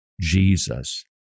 Jesus